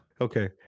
Okay